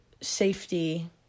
safety